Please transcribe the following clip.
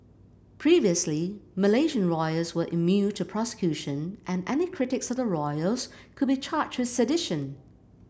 previously Malaysian royals were immune to prosecution and any critics of the royals could be charged with sedition